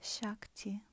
Shakti